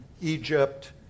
Egypt